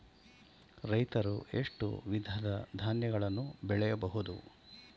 ರೈತರು ಎಷ್ಟು ವಿಧದ ಧಾನ್ಯಗಳನ್ನು ಬೆಳೆಯಬಹುದು?